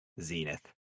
Zenith